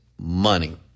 money